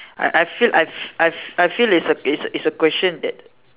I I feel I I feel its a it's a question that